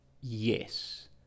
yes